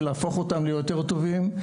ולהפוך אותם ליותר טובים.